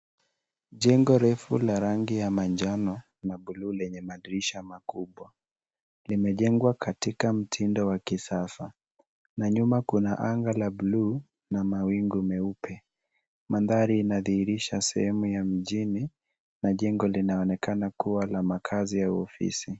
Jengo refu la rangi ya majano na bluu yenye madirisha makubwa. Limejengwa katika mtindo wa kisasa. Na nyuma kuna anga la bluu na mawingu meupe. Mandhari inadhihirisha sehemu ya mjini na jengo linaonekana kuwa la makazi ya ofisi.